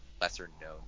lesser-known